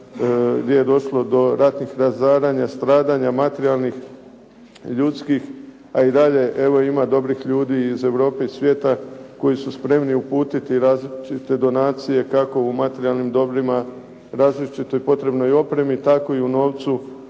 gdje je došlo do ratnih razaranja, stradanja materijalnih, ljudskih. A i dalje evo ima dobrih ljudi iz Europe i svijeta koji su spremni uputiti različite donacije kako u materijalnim dobrima, različitoj potrebnoj opremi, tako i u novcu